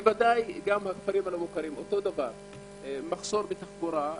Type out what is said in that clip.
ודאי גם בכפרים הלא מוכרים, מחסור בתחבורה.